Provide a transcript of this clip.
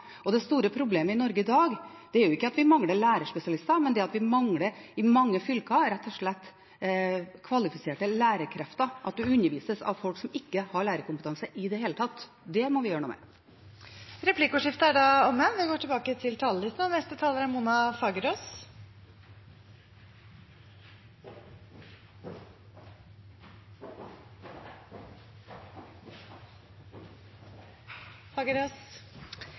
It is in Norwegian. Det store problemet i Norge i dag er ikke at vi mangler lærerspesialister, men at vi i mange fylker rett og slett mangler kvalifiserte lærerkrefter, at elevene undervises av folk som ikke har lærerkompetanse i det hele tatt. Det må vi gjøre noe med. Replikkordskiftet er omme. Norge har gjennom internasjonale forpliktelser som barnekonvensjonene og